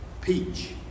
peach